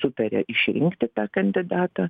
sutaria išrinkti tą kandidatą